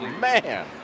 man